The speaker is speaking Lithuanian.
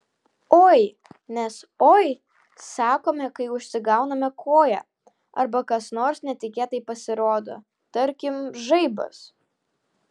oi nes oi sakome kai užsigauname koją arba kas nors netikėtai pasirodo tarkim žaibas